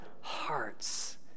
hearts